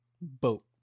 boat